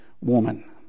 woman